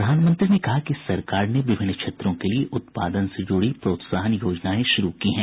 प्रधानमंत्री ने कहा कि सरकार ने विभिन्न क्षेत्रों के लिए उत्पादन से जूड़ी प्रोत्साहन योजनाएं शुरू की हैं